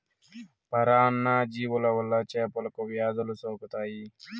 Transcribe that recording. పరాన్న జీవుల వల్ల చేపలకు వ్యాధులు సోకుతాయి